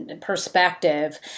perspective